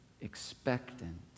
expectant